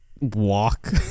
Walk